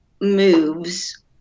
moves